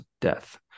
death